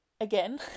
again